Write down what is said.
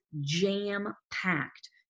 jam-packed